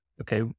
okay